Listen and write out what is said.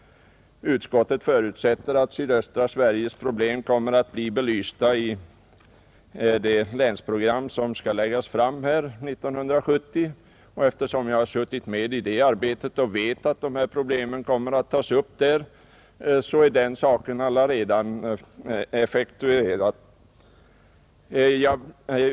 Utskottet förutsätter att sydöstra Sveriges problem kommer att bli belysta i länsprogram 1971, och eftersom jag har varit med i det arbetet och vet att de här problemen kommer att tas upp där, så anser jag att den beställningen allaredan är effektuerad.